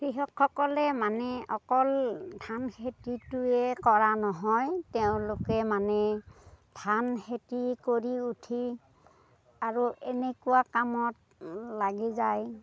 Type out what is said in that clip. কৃষকসকলে মানে অকল ধান খেতিটোৱে কৰা নহয় তেওঁলোকে মানে ধান খেতি কৰি উঠি আৰু এনেকুৱা কামত লাগি যায়